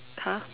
!huh!